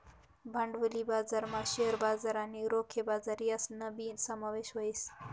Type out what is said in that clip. भांडवली बजारमा शेअर बजार आणि रोखे बजार यासनाबी समावेश व्हस